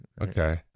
Okay